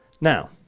now